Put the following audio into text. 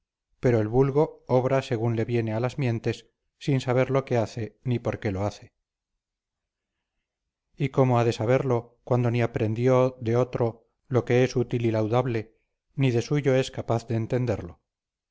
pero el vulgo obra según le viene a las mientes sin saber lo que hace ni por qué lo hace y cómo ha de saberlo cuando ni aprendió de otro lo que es útil y laudable ni de suyo es capaz de entenderlo